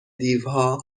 دیوها